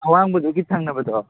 ꯑꯋꯥꯡꯕꯗꯨꯒꯤ ꯊꯪꯅꯕꯗꯣ